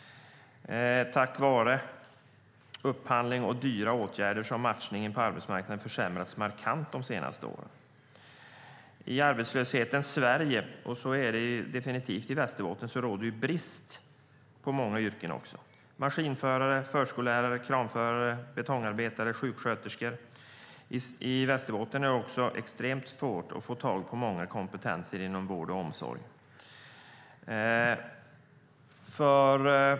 På grund av upphandling och dyra åtgärder har matchningen på arbetsmarknaden försämrats markant de senaste åren. I arbetslöshetens Sverige - och så är det definitivt i Västerbotten - råder det brist på många yrken: maskinförare, förskollärare, kranförare, betongarbetare, sjuksköterskor. I Västerbotten är det också extremt svårt att få tag på många kompetenser inom vård och omsorg.